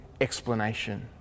explanation